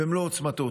במלוא עוצמתו.